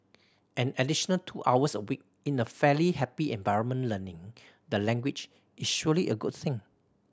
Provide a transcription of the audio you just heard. an additional two hours a week in a fairly happy environment learning the language is surely a good thing